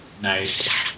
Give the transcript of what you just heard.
Nice